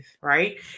right